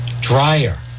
Dryer